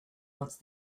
once